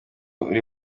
uri